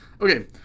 Okay